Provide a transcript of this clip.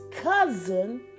cousin